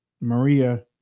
Maria